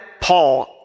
Paul